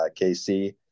KC